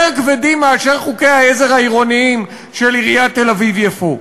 כבדים מחוקי העזר העירוניים של עיריית תל-אביב יפו.